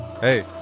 Hey